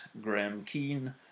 grahamkeen